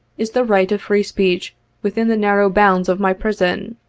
is the right of free speech within the narrow bounds of my prison,